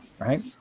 right